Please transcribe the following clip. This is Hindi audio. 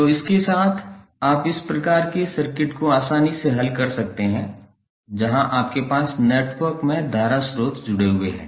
तो इसके साथ आप इस प्रकार के सर्किट को आसानी से हल कर सकते हैं जहां आपके पास नेटवर्क में धारा स्रोत जुड़े हुए हैं